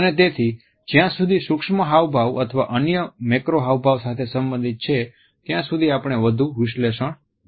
અને તેથી જ્યાં સુધી સૂક્ષ્મ હાવભાવ અથવા અન્ય મેક્રો હાવભાવ સાથે સંબંધિત છે ત્યાં સુધી આપણે વધુ વિશ્લેષણ ન કરવું જોઈએ